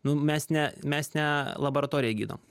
nu mes ne mes ne laboratorijoj gydom